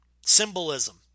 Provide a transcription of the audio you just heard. Symbolism